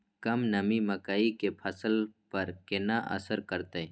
कम नमी मकई के फसल पर केना असर करतय?